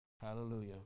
Hallelujah